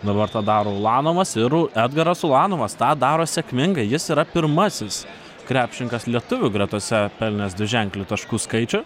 dabar tą daro ulanovas ir u edgaras ulanovas tą daro sėkmingai jis yra pirmasis krepšininkas lietuvių gretose pelnęs dviženklį taškų skaičių